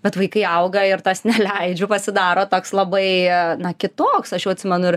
bet vaikai auga ir tas neleidžiu pasidaro toks labai a na kitoks aš jau atsimenu